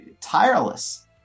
tireless